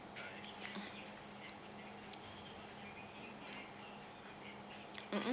uh mm mm